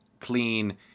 clean